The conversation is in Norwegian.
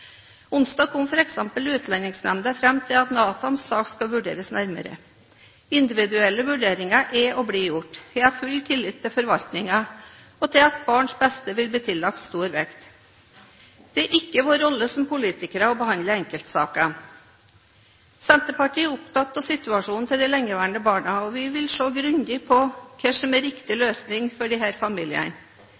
Onsdag kom f.eks. Utlendingsnemnda fram til at Nathans sak skal vurderes nærmere – individuelle vurderinger er og blir gjort. Jeg har full tillit til forvaltningen og til at barns beste vil bli tillagt stor vekt. Det er ikke vår rolle som politikere å behandle enkeltsaker. Senterpartiet er opptatt av situasjonen til de lengeværende barna, og vi vil se grundig på hva som er riktig løsning for disse familiene.